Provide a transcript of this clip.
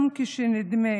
גם כשנדמה